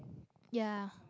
ya